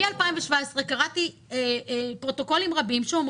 מ-2017 קראתי פרוטוקולים רבים שבהם